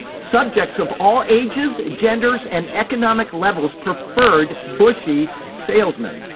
subjects of all ages, genders and economic levels preferred bushy salesmen.